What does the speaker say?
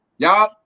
y'all